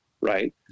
right